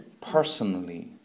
personally